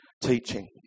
teaching